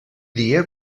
dia